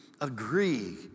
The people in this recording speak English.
agree